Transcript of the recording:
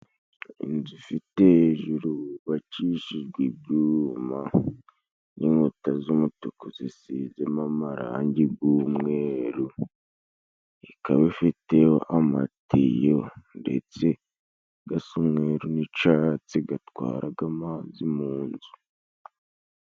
Inzu ifite hejuru hubakishijwe ibyuma n'inkuta z'umutuku zisizemo amarangi g'umweru, ikaba ifite amatiyo ndetse gasa umweru n'icatsi gatwaraga amazi mu nzu.